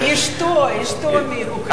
אשתו מאוקראינה.